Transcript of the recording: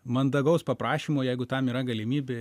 mandagaus paprašymo jeigu tam yra galimybė